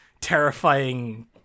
terrifying